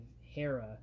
Hera